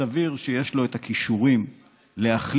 סביר שיש לו את הכישורים להחליט